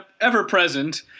ever-present